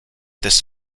this